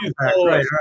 right